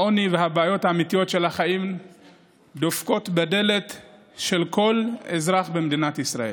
העוני והבעיות האמיתיות של החיים דופקים בדלת של כל אזרח במדינת ישראל.